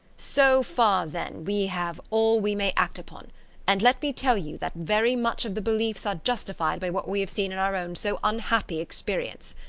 so far, then, we have all we may act upon and let me tell you that very much of the beliefs are justified by what we have seen in our own so unhappy experience.